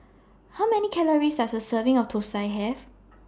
How Many Calories Does A Serving of Thosai Have